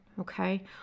okay